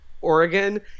Oregon